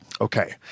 Okay